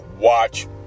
watch